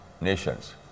nations